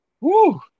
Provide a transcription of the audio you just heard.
Woo